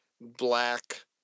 black